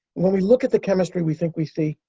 when we look at the chemistry we think we see,